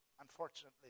Unfortunately